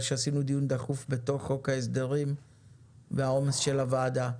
שעשינו דיון דחוף בתוך חוק ההסדרים והעומס של הוועדה.